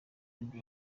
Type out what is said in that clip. nibwo